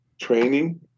training